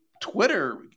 Twitter